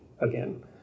again